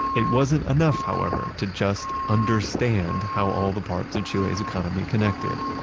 it wasn't enough, however, to just understand how all the parts of chile's economy connected.